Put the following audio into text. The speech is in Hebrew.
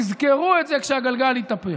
תזכרו את זה כשהגלגל יתהפך.